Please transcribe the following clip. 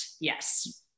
Yes